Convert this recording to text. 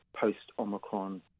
post-Omicron